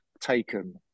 taken